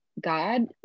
God